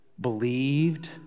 believed